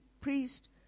priest